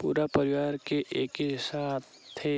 पूरा परिवार के एके साथे